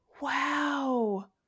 wow